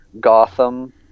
Gotham